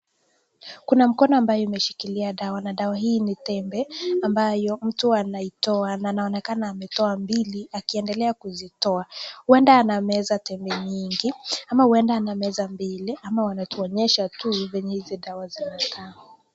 Kuna mkono ambayo imeshikilia dawa na dawa hii ni tembe ambayo mtu anaitoa na anaonekana ametoa mbili akiendelea kuzitoa ,huenda anameza tembe mingi ama huenda anameza mbili ama wanatuonyesha tu venye hizi dawa zinakaa.